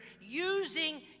using